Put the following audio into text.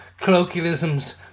colloquialisms